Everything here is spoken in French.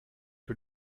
que